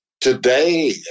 Today